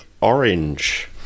Orange